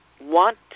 want